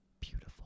beautiful